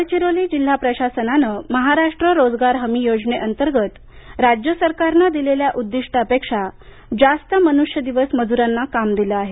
गडचिरोली जिल्हा प्रशासनानं महाराष्ट्र रोजगार हमी योजनंतर्गत राज्य सरकारनं दिलेल्या उद्दिष्टापेक्षा जास्त मन्ष्य दिवस मज्रांना काम दिले आहे